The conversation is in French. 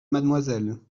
mademoiselle